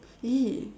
!ee!